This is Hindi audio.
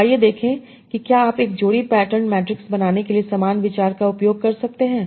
तो आइए देखें कि क्या आप एक जोड़ी पैटर्न मैट्रिक्स बनाने के लिए समान विचार का उपयोग कर सकते हैं